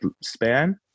span